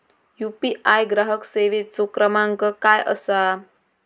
UPI ग्राहक सेवेचो क्रमांक काय असा?